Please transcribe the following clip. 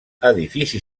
edifici